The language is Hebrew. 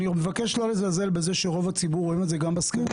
אני מבקש לא לזלזל בזה שרוב הציבור רואים את זה גם בסקרים,